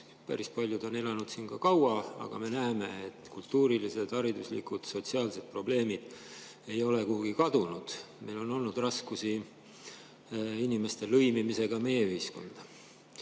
Päris paljud neist on elanud siin kaua, aga me näeme, et kultuurilised, hariduslikud, sotsiaalsed probleemid ei ole kuhugi kadunud. Meil on olnud raskusi inimeste lõimimisega meie ühiskonda.